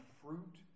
fruit